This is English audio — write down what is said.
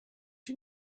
you